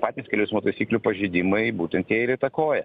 patys kelių eismo taisyklių pažeidimai būtent jie ir įtakoja